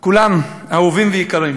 כולם אהובים ויקרים.